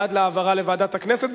בעד להעברה לוועדת הכנסת,